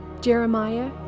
Jeremiah